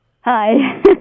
Hi